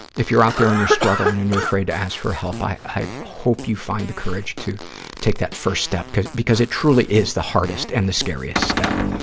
if you're out there and you're struggling and you're afraid to ask for help, i i hope you find the courage to take that first step, because because it truly is the hardest and the scariest step.